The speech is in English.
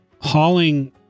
hauling